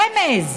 רמז,